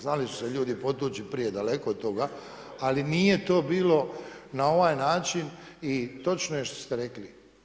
Znali su se ljudi potući i prije, daleko od toga, ali nije to bilo na ovaj način i točno je što ste rekli.